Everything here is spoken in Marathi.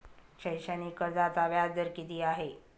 शैक्षणिक कर्जाचा व्याजदर किती आहे?